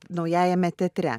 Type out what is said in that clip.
naujajame teatre